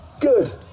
Good